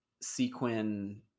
sequin